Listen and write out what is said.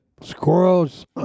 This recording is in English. squirrels